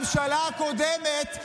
עקבו פה אחרי הילדים של הממשלה הקודמת,